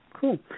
cool